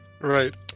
Right